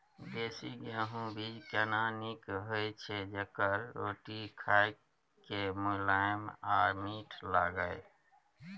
देसी गेहूँ बीज केना नीक होय छै जेकर रोटी खाय मे मुलायम आ मीठ लागय?